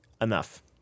enough